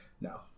No